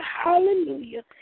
hallelujah